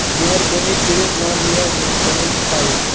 مہربٲنی کٔرِِتھ وَن مےٚ وٕنۍ کیٚنُک ٹایِم